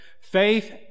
faith